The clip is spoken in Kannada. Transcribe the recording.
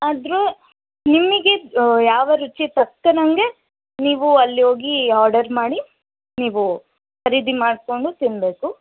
ಆದರೂ ನಿಮಗೆ ಯಾವ ರುಚಿ ತಕ್ಕನಂಗೆ ನೀವು ಅಲ್ಲಿ ಹೋಗಿ ಆರ್ಡರ್ ಮಾಡಿ ನೀವು ಖರೀದಿ ಮಾಡಿಕೊಂಡು ತಿನ್ನಬೇಕು